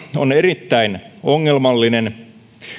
on erittäin ongelmallinen